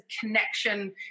connection